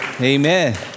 Amen